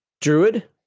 Druid